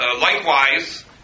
likewise